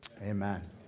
amen